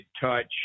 touch